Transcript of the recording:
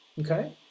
Okay